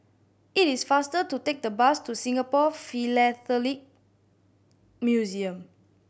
it is faster to take the bus to Singapore Philatelic Museum